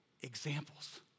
examples